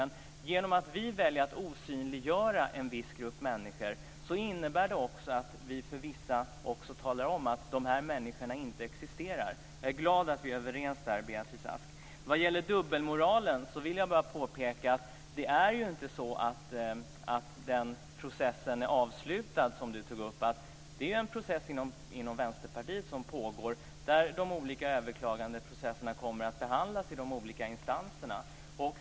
Genom att vi väljer att osynliggöra en viss grupp människor talar vi också om för vissa andra att de här människorna inte existerar. Jag är glad att vi är överens där, Beatrice Ask. Vad gäller dubbelmoralen vill jag bara påpeka att den process som Beatrice Ask tog upp inte är avslutad. Det är en process inom Vänsterpartiet som pågår, där de olika överklagandena kommer att behandlas i de olika instanserna.